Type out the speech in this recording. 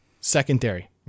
secondary